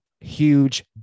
Huge